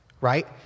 right